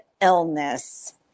illness